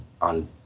on